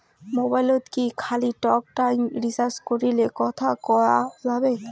মোবাইলত কি খালি টকটাইম রিচার্জ করিলে কথা কয়া যাবে?